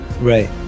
right